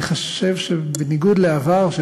אני חושב שבניגוד לעבר,